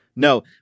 No